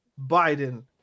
Biden